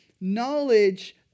knowledge